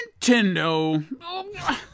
Nintendo